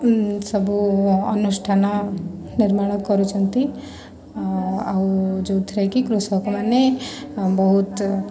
ସବୁ ଅନୁଷ୍ଠାନ ନିର୍ମାଣ କରୁଛନ୍ତି ଆଉ ଯେଉଁଥିରେ କି କୃଷକମାନେ ବହୁତ